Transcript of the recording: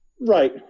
right